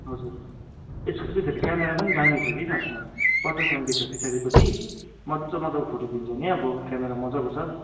हजुर यसको चाहिँ फेरि क्यामेरा पनि दामी छ कि खासमा पचास एमबी छ पछाडिपट्टि मज्जा मज्जाको फोटो दिन्छ नि अब क्यामेरा मज्जाको छ